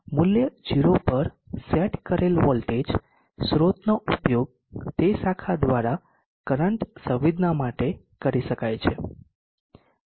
મૂલ્ય 0 પર સેટ કરેલ વોલ્ટેજ સ્રોતનો ઉપયોગ તે શાખા દ્વારા કરંટ સંવેદના માટે કરી શકાય છે